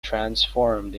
transformed